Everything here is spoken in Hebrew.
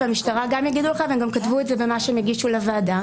גם המשטרה תגיד לך והם כתבו גם במה שהגישו לוועדה,